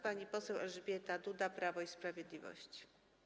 Pani poseł Elżbieta Duda, Prawo i Sprawiedliwość.